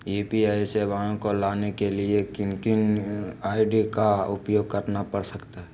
UPI सेवाएं को लाने के लिए किन किन आई.डी का उपयोग करना पड़ सकता है?